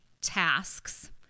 tasks